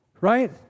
right